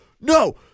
no